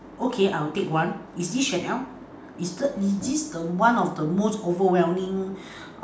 okay I'll take one is this Chanel is the is this the one of the most overwhelming